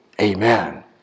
Amen